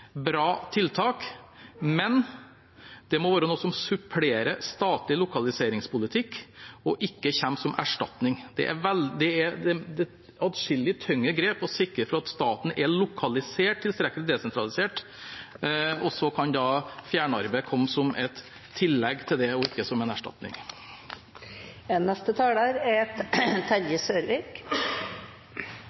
bra tiltak, men: Det må være noe som supplerer statlig lokaliseringspolitikk, og ikke kommer som erstatning. Det er et atskillig tyngre grep å sikre at staten er lokalisert tilstrekkelig desentralisert, og så kan fjernarbeid komme som et tillegg til det, og ikke som en erstatning.